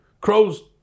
Crows